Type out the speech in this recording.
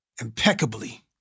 impeccably